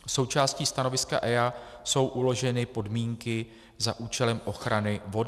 Součástí stanoviska EIA jsou uloženy podmínky za účelem ochrany vody.